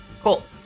Cool